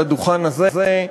לדוכן הזה,